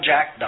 Jack